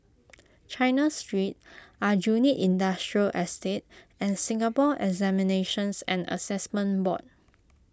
China Street Aljunied Industrial Estate and Singapore Examinations and Assessment Board